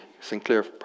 Sinclair